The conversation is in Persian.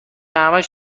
همش